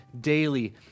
daily